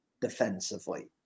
defensively